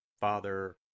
Father